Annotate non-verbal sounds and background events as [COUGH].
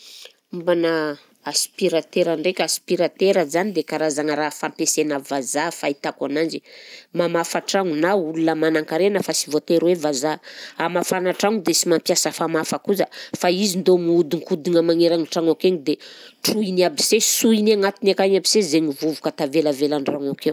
[NOISE] Mombanà aspiratera ndraika, aspiratera zany dia karazagna raha fampiasaina vazaha fahitako ananjy, mamafa tragno, na olona manan-karena fa sy voatery hoe vazaha, hamafana tragno dia sy mampiasa famafa koza, fa izy ndô mihodikondigna magneran'ny tragno akegny dia trohiny aby se, sohiny agnatiny akagny aby se zegny vovoka tavelavela an-dragno akeo.